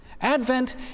Advent